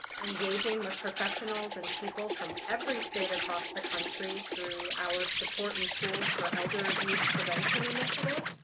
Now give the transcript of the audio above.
we're engaging with professionals and people from every state across the country through our support and tools for elder abuse prevention initiative.